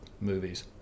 movies